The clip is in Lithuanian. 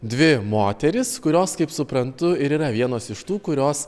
dvi moteris kurios kaip suprantu ir yra vienos iš tų kurios